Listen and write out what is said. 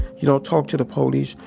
you don't talk to the police,